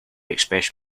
express